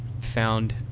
found